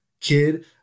kid